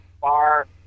bar